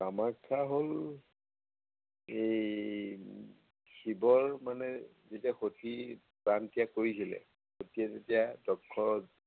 কামাখ্যা হ'ল এই শিৱৰ মানে যেতিয়া সতীৰ প্ৰাণ ত্যাগ কৰিছিলে সতীয়ে যেতিয়া দক্ষৰ